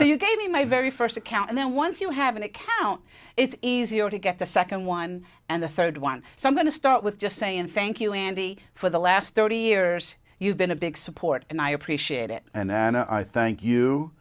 so you gave me my very first account and then once you have an account it's easier to get the second one and the third one so i'm going to start with just saying thank you andy for the last thirty years you've been a big support and i appreciate it and then i thank you